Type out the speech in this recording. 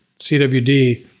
CWD